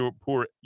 poor